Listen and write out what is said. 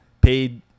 paid